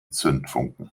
zündfunken